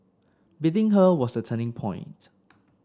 beating her was the turning point